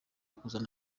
kuzana